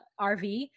RV